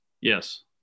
yes